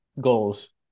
goals